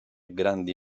grandi